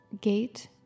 gate